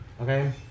okay